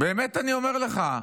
באמת אני אומר לך.